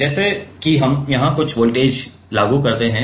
तो जैसे कि हम यहाँ कुछ वोल्टेज लागू करते हैं